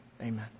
Amen